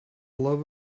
love